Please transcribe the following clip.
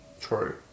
True